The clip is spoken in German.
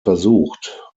versucht